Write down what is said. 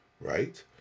Right